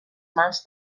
mans